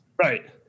Right